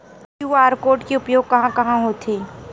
QR code के उपयोग कहां कहां होथे?